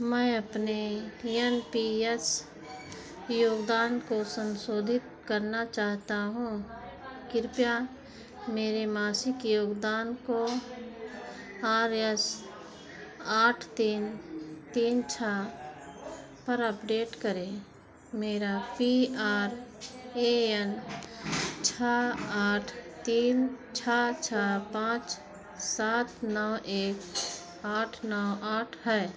मैं अपने N P S योगदान को संशोधित करना चाहता हूँ कृपया मेरे मासिक योगदान को आर एस आठ तीन तीन छः पर अपडेट करें मेरा पी आर ए एन छः आठ तीन छः छः पाँच सात नौ एक आठ नौ आठ है